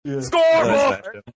Scoreboard